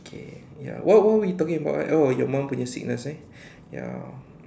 okay ya what what were you talking about right oh your mum punya sickness eh ya